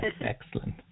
excellent